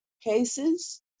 cases